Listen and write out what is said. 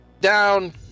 down